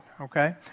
okay